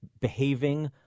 behaving